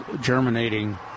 germinating